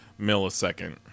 millisecond